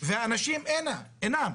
והאנשים אינם.